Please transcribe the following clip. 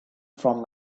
from